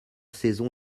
saison